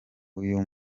uyu